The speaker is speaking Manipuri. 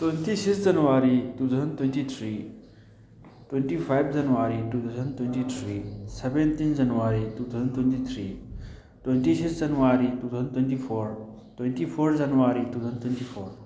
twenty six January two thousand twenty three twenty five January two thousand twenty three seventeen January two thousand twenty three twenty six January two thousand twenty four twenty four January two thousand twenty four